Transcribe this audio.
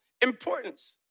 importance